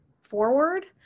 forward